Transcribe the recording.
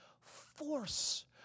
force